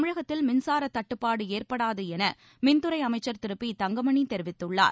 தமிழகத்தில் மின்சார தட்டுப்பாடு ஏற்படாது என மின்துறை அமைச்சர் திரு பி தங்கமணி தெரிவித்துள்ளார்